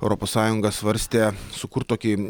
europos sąjunga svarstė sukurt tokį